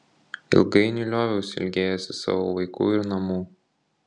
ilgainiui lioviausi ilgėjęsis savo vaikų ir namų